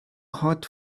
hot